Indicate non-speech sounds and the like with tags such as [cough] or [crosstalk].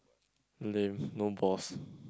lame [breath] no balls [breath]